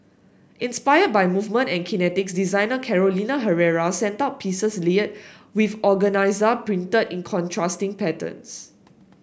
inspired by movement and kinetics designer Carolina Herrera sent out pieces layered with organza printed in contrasting patterns